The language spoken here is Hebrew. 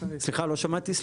סליחה, לא שמעתי.